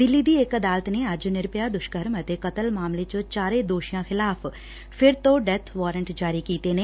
ਦਿੱਲੀ ਦੀ ਇਕ ਅਦਾਲਤ ਨੇ ਅੱਜ ਨਿਰਭੈਆ ਦੁਸ਼ਕਰਮ ਅਤੇ ਕਤਲ ਮਾਮਲੇ ਚ ਚਾਰੇ ਦੋਸ਼ੀਆਂ ਖਿਲਾਫ਼ ਫਿਰ ਤੋਂ ਡੈਥ ਵਾਰੰਟ ਜਾਰੀ ਕੀਤੇ ਨੇ